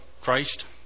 Christ